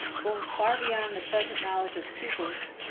going far beyond the present knowledge of pupils,